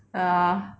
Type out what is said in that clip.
!aiya!